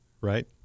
right